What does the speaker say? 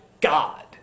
God